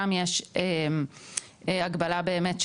גם יש הגבלה באמת,